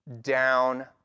down